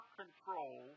control